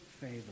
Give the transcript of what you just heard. favor